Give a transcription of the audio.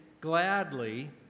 gladly